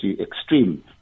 extreme